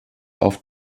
auf